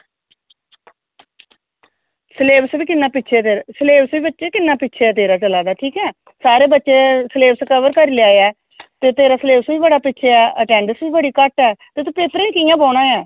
syllabus बी किन्नां पिच्छें ऐ सलेवस बी किन्नां पिच्छें ऐ बच्चा तेरा चला दा ठीक ऐ सारें बच्चैं सलेवस कवर करी लेआ ऐ ते तेरा सलेवस बी बड़ा पिच्छें ऐ ते अटैंडैंस बी बड़ी घट्ट ऐ ते तूं पेपर गी कियां बौह्नां ऐ